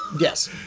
Yes